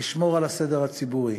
לשמור על הסדר הציבורי